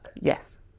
Yes